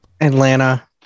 Atlanta